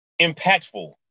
impactful